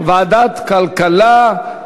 ועדת כלכלה.